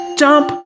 jump